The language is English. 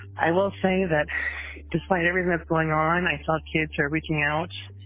i will say that despite everything that's going on, i thought kids are reaching out,